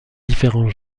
différents